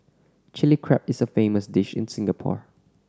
Chilli Crab is a famous dish in Singapore